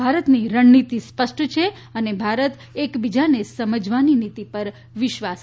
ભારતની રણનીતિ સ્પષ્ટ છે અને ભારત એકબીજાને સમજવાની નીતિ પર વિશ્વાસ રાખે છે